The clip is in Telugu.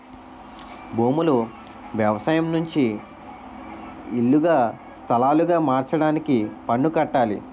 భూములు వ్యవసాయం నుంచి ఇల్లుగా స్థలాలుగా మార్చడానికి పన్ను కట్టాలి